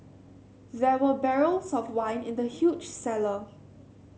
there were barrels of wine in the huge cellar